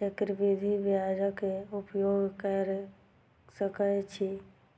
चक्रवृद्धि ब्याजक उपयोग कैर सकै छी